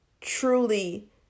truly